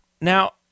Now